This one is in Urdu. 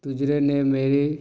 تجربے نے میری